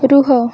ରୁହ